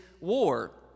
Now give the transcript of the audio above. war